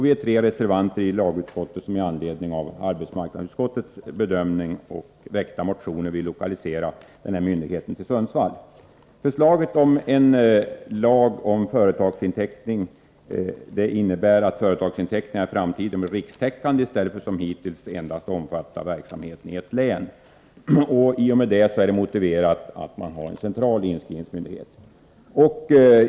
Vi tre reservanter i lagutskottet vill med anledning av arbetsmarknadsutskottets bedömning och väckta motioner lokalisera myndigheten till Sundsvall. Förslaget om en lag om företagshypotek innebär att företagsinteckningar i framtiden blir rikstäckande, i stället för att som hittills endast omfatta ett företags verksamhet inom ett län. I och med detta är det motiverat med en central inskrivningsmyndighet.